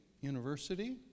University